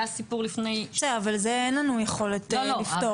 היה סיפור לפני --- את זה אין לנו יכולת לפתור.